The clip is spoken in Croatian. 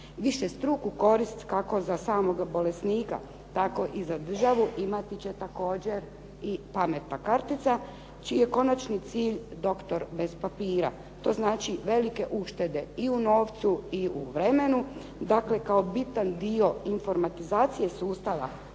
Višestruku korist kako za samoga bolesnika tako i za državu imati će također i pametna kartica čiji je konačni cilj doktor bez papira, to znači velike uštede i u novcu i u vremenu. Dakle, kao bitan dio informatizacije sustava